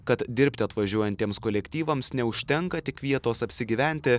kad dirbti atvažiuojantiems kolektyvams neužtenka tik vietos apsigyventi